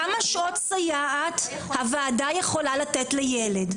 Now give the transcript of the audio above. כמה שעות סייעת הוועדה יכולה לתת לילד?